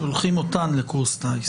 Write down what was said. שולחים אותן לקורס טיס.